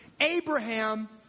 Abraham